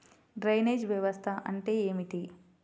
Drainage వ్యవస్థ అంటే ఏమిటి?